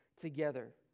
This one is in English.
together